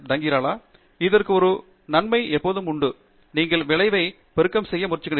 துங்கிராலா இதற்கு ஒரு நன்மை எப்போதும் உண்டு நீங்கள் விளைவை இனப்பெருக்கம் செய்ய முயற்சிக்கிறீர்கள்